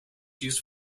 used